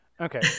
okay